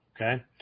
Okay